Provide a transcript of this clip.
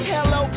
Hello